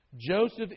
Joseph